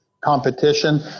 competition